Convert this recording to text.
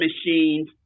machines